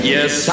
Yes